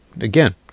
again